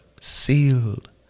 sealed